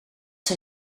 zij